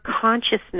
consciousness